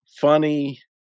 funny